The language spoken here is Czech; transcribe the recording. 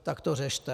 Tak to řešte.